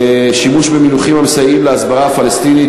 שימוש במינוחים המסייעים להסברה הפלסטינית,